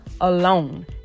alone